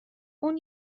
اون